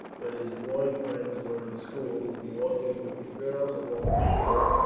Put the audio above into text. when his boy friends were in school, in walking with the girls along the shore,